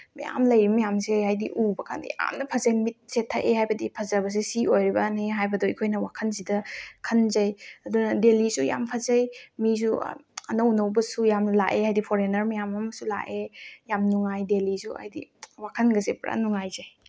ꯃꯌꯥꯝ ꯂꯩꯔꯤ ꯃꯌꯥꯝꯁꯦ ꯍꯥꯏꯗꯤ ꯎꯕꯀꯥꯟꯗ ꯌꯥꯝꯅ ꯐꯖꯩ ꯃꯤꯠꯁꯦ ꯊꯛꯑꯦ ꯍꯥꯏꯕꯗꯤ ꯐꯖꯕꯁꯦ ꯁꯤ ꯑꯣꯏꯕ꯭ꯔꯥꯅꯦ ꯍꯥꯏꯕꯗꯣ ꯑꯩꯈꯣꯏꯅ ꯋꯥꯈꯟꯁꯤꯗ ꯈꯟꯖꯩ ꯑꯗꯨꯅ ꯗꯦꯜꯂꯤꯁꯨ ꯌꯥꯝ ꯐꯖꯩ ꯃꯤꯁꯨ ꯑꯅꯧ ꯑꯅꯧꯕꯁꯨ ꯌꯥꯝꯅ ꯂꯥꯛꯑꯦ ꯍꯥꯏꯗꯤ ꯐꯣꯔꯦꯅꯔ ꯃꯌꯥꯝ ꯑꯃꯁꯨ ꯂꯥꯛꯑꯦ ꯌꯥꯝ ꯅꯨꯡꯉꯥꯏ ꯗꯦꯜꯂꯤꯁꯨ ꯍꯥꯏꯗꯤ ꯋꯥꯈꯟꯒꯁꯦ ꯄꯨꯔꯥ ꯅꯨꯡꯉꯥꯏꯖꯩ